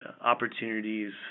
opportunities